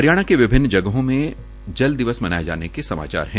हरियाणा के विभिन्न जगहों में जल दिवस मनाये जाने के समाचार है